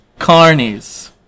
carnies